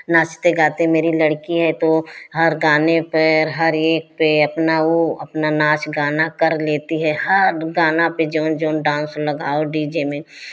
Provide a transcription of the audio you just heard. नाचते गाते मेरी लड़की है तो हर गाने पैर हर एक पर अपना वह अपना नाच गाना कर लेती है हर गाना पर जोन जोन डांस लगाओ डी जे में हर किसी